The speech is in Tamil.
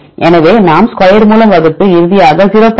எனவே நாம் ஸ்கொயர் மூலம் வகுத்து இறுதியாக 0